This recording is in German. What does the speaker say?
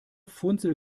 funzel